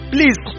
Please